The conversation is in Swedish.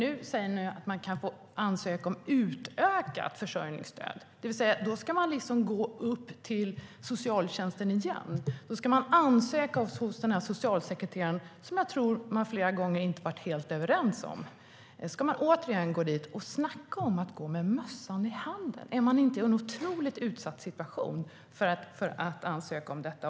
Nu säger ni att man kan få ansöka om utökat försörjningsstöd. Då ska man gå till socialtjänsten igen och ansöka hos den socialsekreterare som man kanske flera gånger inte har varit helt överens med. Snacka om att gå med mössan i handen! Är man inte i en otroligt utsatt situation om man ska ansöka om detta?